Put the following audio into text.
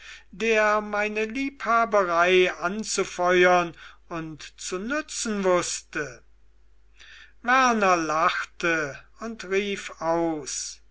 der meine liebhaberei anzufeuern und zu nützen wußte werner lachte und rief aus